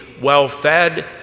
well-fed